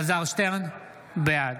בעד